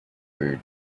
beer